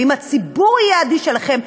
ואם הציבור יהיה אדיש אליכם,